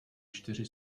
čtyři